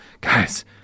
guys